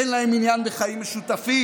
אין להם עניין בחיים משותפים,